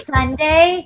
Sunday